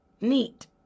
Neat